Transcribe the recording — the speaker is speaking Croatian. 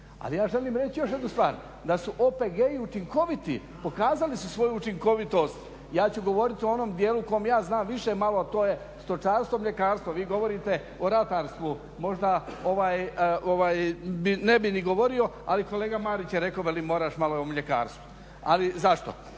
Ali ja želim reći još jednu stvar da su OPG-i učinkoviti, pokazali su svoju učinkovitost, ja ću govoriti o onom dijelu o kojem ja znam više malo a to je stočarstvo, mljekarstvo. Vi govorite o ratarstvu, možda ne bi ni govorio ali kolega Marić je rekao, veli moraš malo i o mljekarstvu. Ali zašto?